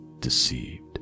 deceived